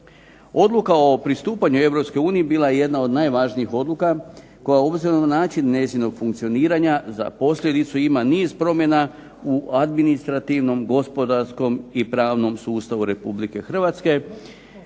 Odluka o pristupanju Europskoj uniji bila je jedna od najvažnijih odluka, koja obzirom na način njezinog funkcioniranja za posljedicu ima niz promjena u administrativnom, gospodarskom i pravnom sustavu Republike Hrvatske